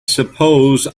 suppose